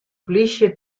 polysje